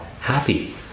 happy